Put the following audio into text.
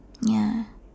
ya